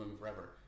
forever